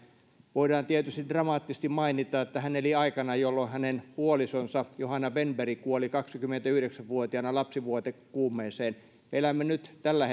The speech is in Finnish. voidaan tietysti dramaattisesti mainita että hän eli aikana jolloin hänen puolisonsa johanna wennberg kuoli kaksikymmentäyhdeksän vuotiaana lapsivuodekuumeeseen me elämme nyt tällä